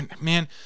Man